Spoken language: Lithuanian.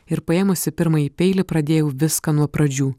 ir paėmusi pirmąjį peilį pradėjau viską nuo pradžių